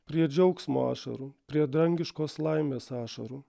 prie džiaugsmo ašarų prie dangiškos laimės ašarų